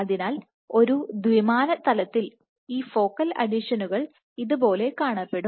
അതിനാൽ ഒരു ദ്വിമാന തലത്തിൽ ഈ ഫോക്കൽ അഡിഷനുകൾ ഇതുപോലെ കാണപ്പെടും